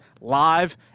live